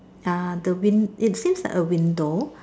ah the win it seems like a window